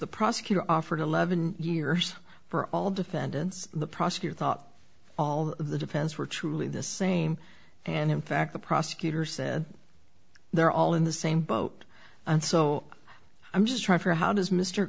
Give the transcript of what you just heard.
the prosecutor offered eleven years for all defendants the prosecutor thought all of the defense were truly the same and in fact the prosecutor said they're all in the same boat and so i'm just trying for how does mr